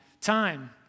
time